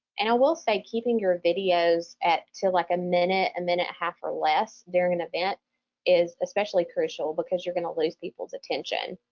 and i will say keeping your videos at to like a minute, a minute and a half or less during an event is especially crucial because you're gonna lose people's attention.